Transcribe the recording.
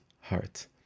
heart